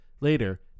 Later